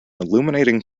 illuminating